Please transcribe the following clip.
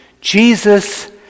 Jesus